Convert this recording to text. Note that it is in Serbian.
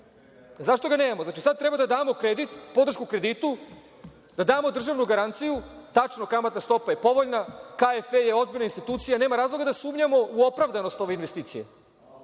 Zašto ga nemamo. Znači, sada treba da damo kredit, podršku kreditu, da damo državnu garanciju, tačno, kamatna stopa je povoljna, KfF je ozbiljna institucija, nema razloga da sumnjamo u opravdanost ove investicije.